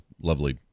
lovely